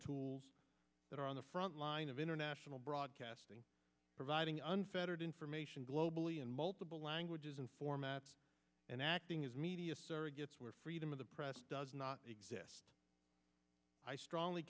tools that are on the frontline of international broadcasting providing unfettered information globally in multiple languages and formats and acting as media surrogates where freedom of the press does not exist i strongly